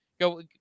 go